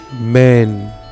men